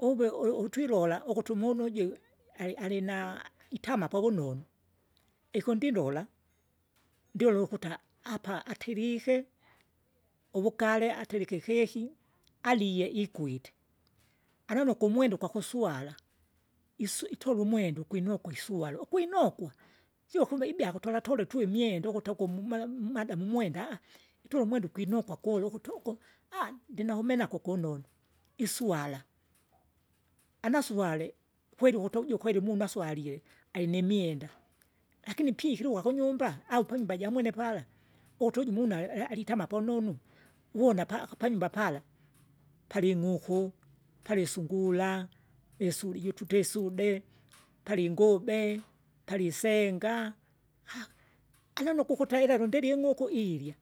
Uve u- utwilola ukutu umunu uju ali- alina, itama powunonu. Ikundundula ndiulu ukuta apa atirike, uwugale atirike keki, alie ikwite, anomoka umwenda ugwakuswala, iswi- itola umwenda gwinokwe iswuala, ukwinokwa, sio ukume ibya kutolatola tu imwenda ukute uku mumala mumadamu umwenda, itula umwenda ukwinokwa kula utukuti uko ndinanaku kumena kukunonu. Iswala, anaswale kweli ukuti uju kweli munu aswalie, alinimwenda, lakini pi- ikiluka kunyumba, au panyumba jamwene pala ukutu uju umuna ali- alitama pononu, uona paka panyumba pala pali ing'uku, pali isungura, isuli jutute isude, pali ingube, pali isenga, anenukwe ukute elelo ndilie ing'uku ilya,